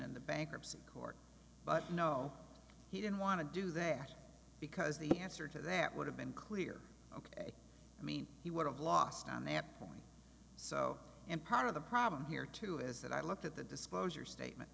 the bankruptcy court but no he didn't want to do that because the answer to that would have been clear i mean he would have lost on that point so and part of the problem here too is that i looked at the disclosure statement